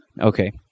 Okay